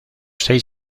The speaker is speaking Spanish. seis